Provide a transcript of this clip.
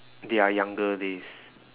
their younger days